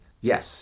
Yes